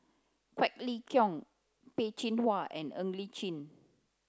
Quek Ling Kiong Peh Chin Hua and Ng Li Chin